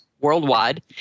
worldwide